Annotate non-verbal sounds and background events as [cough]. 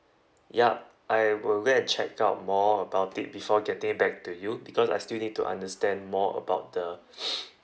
yup I will go and check out more about it before getting back to you because I still need to understand more about the [noise]